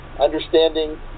Understanding